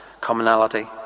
Commonality